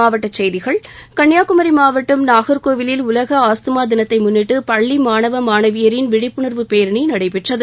மாவட்டக் செய்கிகள் கன்னியாகுமரி மாவட்டம் நாகர்கோவிலில் உலக ஆஸ்துமா தினத்தை முன்னிட்டு பள்ளி மாணவ மாணவியரின் விழிப்புணர்வு பேரணி நடைபெற்றது